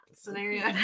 scenario